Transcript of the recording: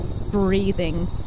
breathing